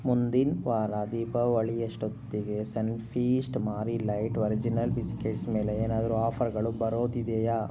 ಮುಂದಿನ ವಾರ ದೀಪಾವಳಿ ಎಷ್ಟೊತ್ತಿಗೆ Sunfeast Marie light original biscuits ಮೇಲೆ ಏನಾದರೂ ಆಫರ್ಗಳು ಬರೋದಿದೆಯಾ